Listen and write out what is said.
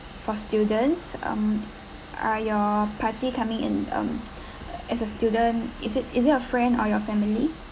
for students um are your party coming in um as a student is it is it your friend or your family